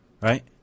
right